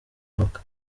avoka